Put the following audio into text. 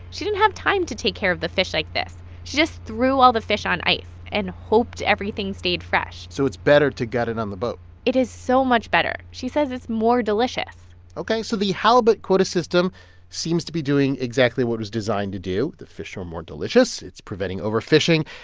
she didn't have time to take care of the fish like this just threw all the fish on ice and hoped everything stayed fresh so it's better to gut it on the boat it is so much better. she says it's more delicious ok. so the halibut quota system seems to be doing exactly what it was designed to do. the fish are more delicious. it's preventing overfishing,